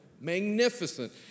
magnificent